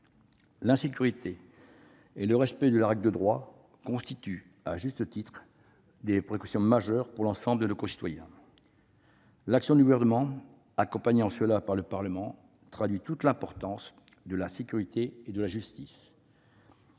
L'insécurité et le respect de la règle de droit constituent à juste titre des préoccupations majeures pour l'ensemble de nos concitoyens. L'action du Gouvernement, accompagné par le Parlement, traduit toute l'importance de la sécurité et de la justice.